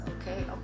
Okay